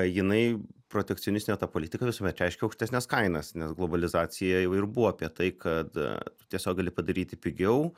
jinai protekcionistinė ta politika visuomet reiškia aukštesnes kainas nes globalizacija jau ir buvo apie tai kad tu tiesiog gali padaryti pigiau